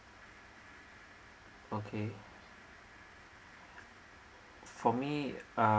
okay for me uh